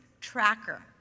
tracker